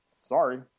Sorry